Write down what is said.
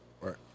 Right